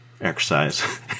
exercise